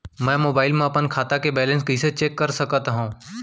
मैं मोबाइल मा अपन खाता के बैलेन्स कइसे चेक कर सकत हव?